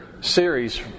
series